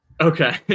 Okay